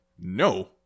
no